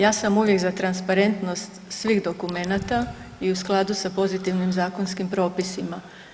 Ja sam uvijek za transparentnost svih dokumenata i u skladu sa pozitivnim zakonskim propisima.